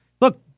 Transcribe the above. Look